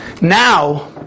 now